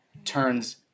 turns